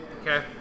Okay